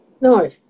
No